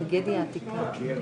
פשוט אני